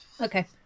Okay